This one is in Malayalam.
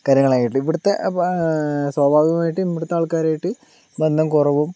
കാര്യങ്ങളായിട്ട് ഇവിടുത്തെ അപ്പം സ്വാഭാവികമായിട്ടും ഇവിടുത്തെ ആൾക്കാരുമായിട്ട് ബന്ധം കുറവും